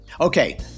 Okay